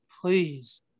please